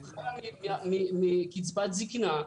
שחיה מקצבת זיקנה,